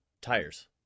tires